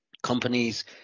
Companies